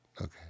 Okay